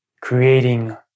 creating